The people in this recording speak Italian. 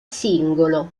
singolo